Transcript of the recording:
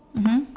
mmhmm